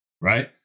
right